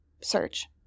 search